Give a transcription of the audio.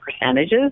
percentages